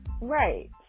Right